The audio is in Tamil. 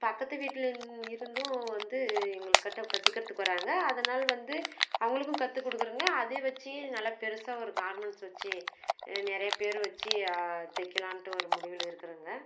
பக்கத்து வீட்டில் இருந்தும் வந்து எங்கள்கிட்ட கற்றுக்கறதுக்கு வராங்க அதனால் வந்து அவங்களுக்கும் கற்றுக் கொடுக்கறேங்க அதை வைச்சு நல்ல பெருசாக ஒரு கார்மெண்ட்ஸ் வைச்சு நிறைய பேர் வைச்சு தைக்கலான்ட்டு ஒரு முடிவில் இருக்கிறேங்க